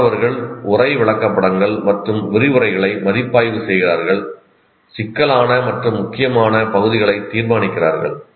மாணவர்கள் உரை விளக்கப்படங்கள் மற்றும் விரிவுரைகளை மதிப்பாய்வு செய்கிறார்கள் சிக்கலான மற்றும் முக்கியமான பகுதிகளை தீர்மானிக்கிறார்கள்